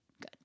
good